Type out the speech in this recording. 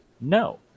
No